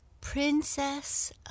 Princess